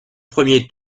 premier